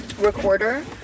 recorder